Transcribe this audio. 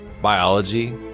biology